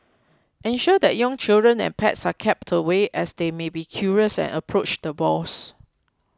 ensure that young children and pets are kept away as they may be curious and approach the boars